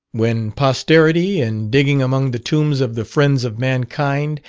when posterity, in digging among the tombs of the friends of mankind,